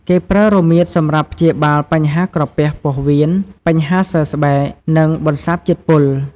គេប្រើរមៀតសម្រាប់ព្យាបាលបញ្ហាក្រពះ ពោះវៀន បញ្ហាសើស្បែក និងបន្សាបជាតិពុល។